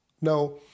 Now